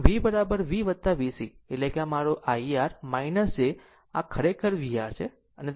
આમ V V VC એટલે કે મારો I R j તમારી ખરેખર આ vR છે